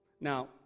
Now